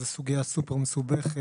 זאת סוגיה סופר מסובכת,